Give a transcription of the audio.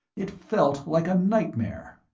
it felt like a nightmare.